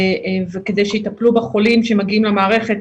וכדי שיטפלו בחולים שמגיעים למערכת,